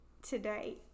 today